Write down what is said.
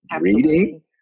reading